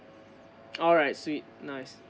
alright sweet nice